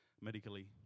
medically